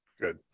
Good